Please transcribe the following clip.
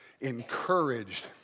encouraged